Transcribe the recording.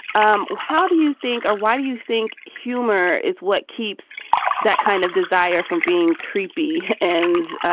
um how do you think or why do you think humor is what keeps that kind of desire from being creepy? and,